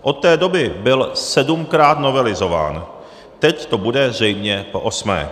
Od té doby byl sedmkrát novelizován, teď to bude zřejmě poosmé.